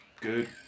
good